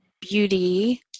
beauty